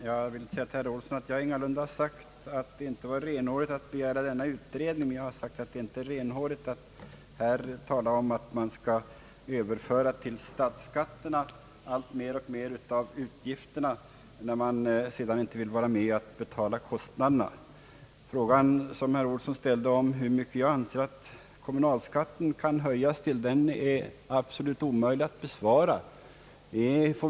Jag vill till herr Olsson säga att jag ingalunda påstått att det inte var renhårigt att begära denna utredning, men jag har sagt att det inte är renhårigt att här tala om att man skall överföra till statsskatterna allt mer och mer av utgifterna, när man sedan inte vill vara med och betala kostnaderna. Herr Olssons fråga om hur långt kommunalskatten enligt min mening kan höjas är det absolut omöjligt att besvara.